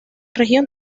región